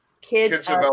Kids